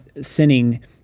sinning